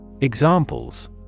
Examples